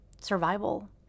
survival